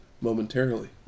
momentarily